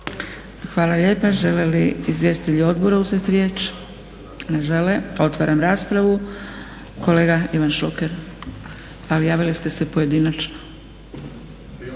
Hvala lijepa. Žele li izvjestitelji odbora uzeti riječ? Ne žele. Otvaram raspravu. Kolega Ivan Šuker. Ali javili ste se pojedinačno.